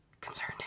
Concerned